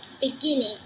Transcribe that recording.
beginning